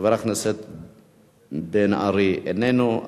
חבר הכנסת בן-ארי, איננו.